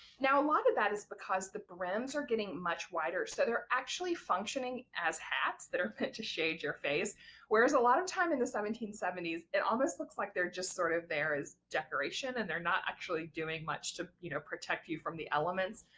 now a lot of that is because the brims are getting much wider so they're actually functioning as hats that are meant to shade your face whereas a lot of time in the seventeen seventy s it almost looks like they're just sort of there as decoration and they're not actually doing much to you know protect you from the elements.